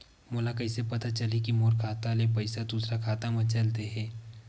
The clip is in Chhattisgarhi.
मोला कइसे पता चलही कि मोर खाता ले पईसा दूसरा खाता मा चल देहे?